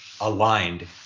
aligned